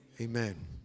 amen